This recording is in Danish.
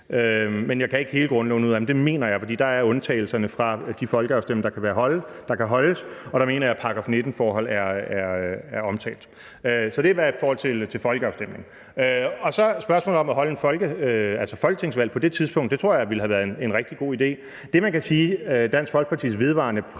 6; jeg kan ikke hele grundloven udenad, men jeg mener, det er den, for dér er undtagelserne fra de folkeafstemninger, der kan holdes, og dér mener jeg, at § 19-forhold er omtalt – så det er i hvert fald i forhold til folkeafstemning. Så er der spørgsmålet om at holde et folketingsvalg på det tidspunkt – det tror jeg ville have været en rigtig god idé. Det, man kan sige, Dansk Folkepartis og vel også fru